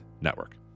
Network